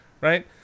right